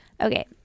Okay